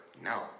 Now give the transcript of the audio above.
No